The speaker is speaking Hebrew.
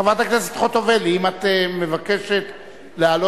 חברת הכנסת חוטובלי, אם את מבקשת לעלות,